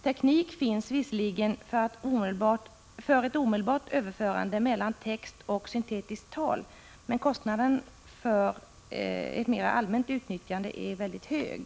Teknik finns visserligen för ett omedelbart överförande mellan text och syntetiskt tal, men kostnaden för ett mer allmänt utnyttjande är mycket hög.